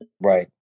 right